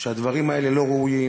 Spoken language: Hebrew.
שהדברים האלה לא ראויים.